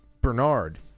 Bernard